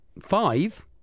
Five